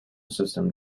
system